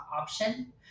option